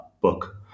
book